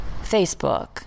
Facebook